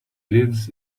lives